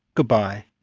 good bye